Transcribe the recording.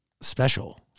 special